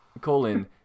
colon